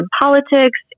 politics